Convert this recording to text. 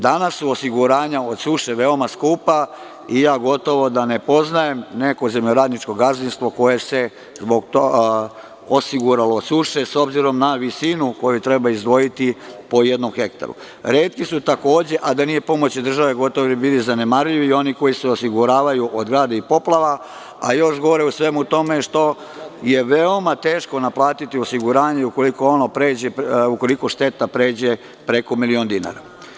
Danas su osiguranja od suše veoma skupa i gotovo da ne poznajem neko zemljoradničko gazdinstvo koje se osiguralo od suše, s obzirom na visinu koju treba izdvojiti po jednom hektaru, a da nije pomoći države, gotovo da bi bili zanemarljivi i oni koji se osiguravaju od grada i poplava, a još gore u svemu tome je što je veoma teško naplatiti osiguranje ukoliko šteta pređe preko milion dinara.